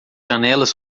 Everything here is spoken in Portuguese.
janelas